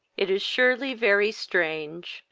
it is surely very strange,